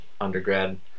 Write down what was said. undergrad